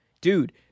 dude